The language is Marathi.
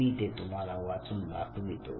मी ते तुम्हाला वाचून दाखवितो